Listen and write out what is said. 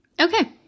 Okay